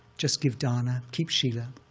just give dana, keep sila,